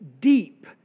deep